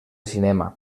cinema